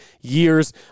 years